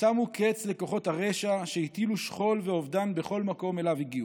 ששמו קץ לכוחות הרשע שהטילו שכול ואובדן בכל מקום שאליו הגיעו.